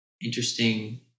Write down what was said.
interesting